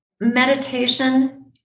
meditation